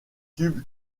tube